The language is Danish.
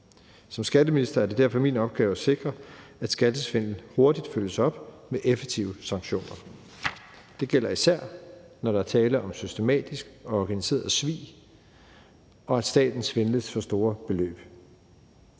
som skatteminister er det derfor min opgave at sikre, at skattesvindel hurtigt følges op med effektive sanktioner. Det gælder især, når der er tale om systematisk og organiseret svig og staten svindles for store beløb.